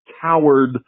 coward